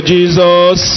Jesus